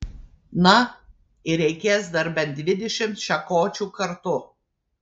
na ir reikės dar bent dvidešimt šakočių kartu